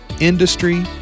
industry